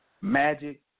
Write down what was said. magic